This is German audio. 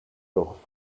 doch